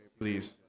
please